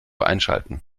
einschalten